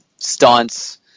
stunts